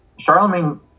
Charlemagne